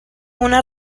una